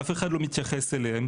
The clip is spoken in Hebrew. אף אחד לא מתייחס אליהם.